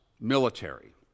military